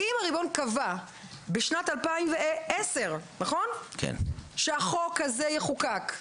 אם הריבון קבע בשנת 2010 שהחוק הזה יחוקק,